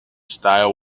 style